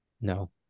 no